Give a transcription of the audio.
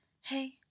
Hey